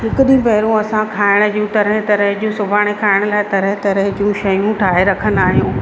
हिकु ॾींहुं पहिरयों असां खाइण जूं तरह तरह जूं सुभाणे खाइण लाइ तरह तरह जूं शयूं ठाहे रखंदा आहियूं